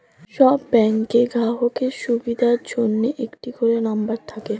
সব ব্যাংকের গ্রাহকের সুবিধার জন্য একটা করে নম্বর থাকে